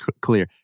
clear